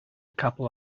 couple